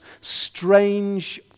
strange